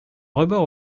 rebord